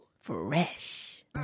Fresh